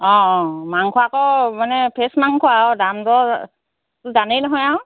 অঁ মাংস আকৌ মানে ফ্ৰেছ মাংস আৰু দাম দৰটো জানেই নহয় আৰু